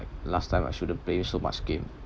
last time I shouldn't play so much game